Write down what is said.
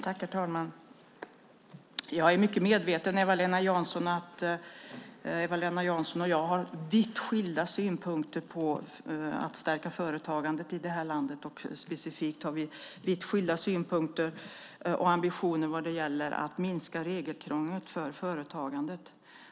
Herr talman! Jag är mycket medveten om att Eva-Lena Jansson och jag har vitt skilda synpunkter när det gäller att stärka företagandet i det här landet. Specifikt har vi vitt skilda synpunkter och ambitioner vad gäller att minska regelkrånglet för företagandet.